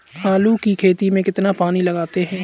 आलू की खेती में कितना पानी लगाते हैं?